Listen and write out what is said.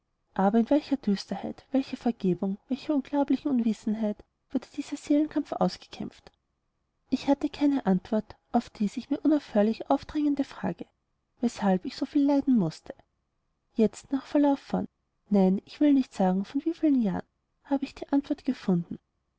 aber in welcher düsterheit welcher verblendung welcher unglaublichen unwissenheit wurde dieser seelenkampf ausgekämpft ich hatte keine antwort auf die sich mir unaufhörlich aufdrängende frage weshalb ich so viel leiden mußte jetzt nach verlauf von nein ich will nicht sagen von wie vielen jahren habe ich die antwort gefunden